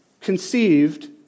conceived